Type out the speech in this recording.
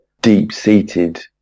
deep-seated